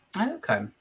Okay